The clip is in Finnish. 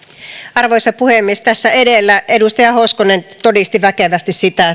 arvoisa puhemies tässä edellä edustaja hoskonen todisti väkevästi sitä